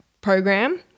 program